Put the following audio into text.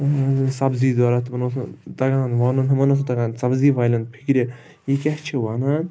سبزی ضوٚرَتھ تِمَن اوس نہٕ تَگان وَنُن ہُمَن اوس نہٕ تَگان سبزی والٮ۪ن فِکرِ یہِ کیٛاہ چھِ وَنان